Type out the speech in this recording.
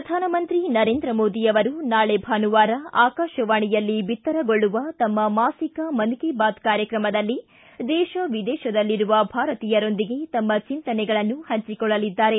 ಪ್ರಧಾನಮಂತ್ರಿ ನರೇಂದ್ರ ಮೋದಿ ಅವರು ನಾಳೆ ಭಾನುವಾರ ಆಕಾಶವಾಣಿಯಲ್ಲಿ ಬಿತ್ತರಗೊಳ್ಳುವ ತಮ್ಮ ಮಾಸಿಕ ಮನ್ ಕಿ ಬಾತ್ ಕಾರ್ಯಕ್ರಮದಲ್ಲಿ ದೇಶ ವಿದೇಶದಲ್ಲಿರುವ ಭಾರತೀಯರೊಂದಿಗೆ ತಮ್ಮ ಚಿಂತನೆಗಳನ್ನು ಪಂಚಿಕೊಳ್ಳಲಿದ್ದಾರೆ